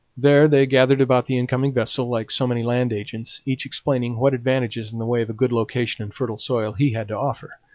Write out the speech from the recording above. there they gathered about the incoming vessel, like so many land agents, each explaining what advantages in the way of a good location and fertile soil he had to offer.